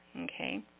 Okay